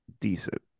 decent